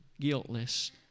guiltless